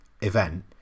event